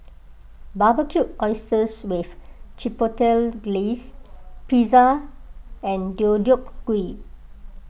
Barbecued Oysters with Chipotle Glaze Pizza and Deodeok Gui